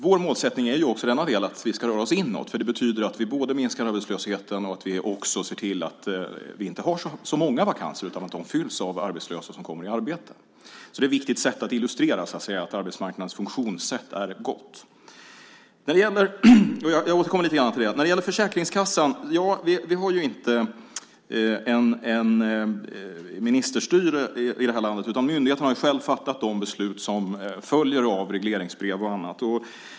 Vår målsättning är att vi också i denna del ska röra oss inåt. Det betyder att vi både minskar arbetslösheten och ser till att vi inte har så många vakanser utan att vakanserna fylls genom att arbetslösa kommer i arbete. Detta är ett viktigt sätt att liksom illustrera att arbetsmarknadens funktionssätt är gott. Jag återkommer lite grann till det. När det gäller Försäkringskassan har vi ju inte ministerstyre i det här landet, utan myndigheterna har själva fattat de beslut som följer av regleringsbrev och annat.